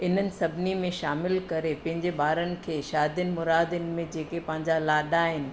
इन्हनि सभिनी में शामिलु करे पंहिंजे ॿारनि खे शादियुनि मुरादियुनि में जेके पंहिंजा लाॾा आहिनि